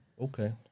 okay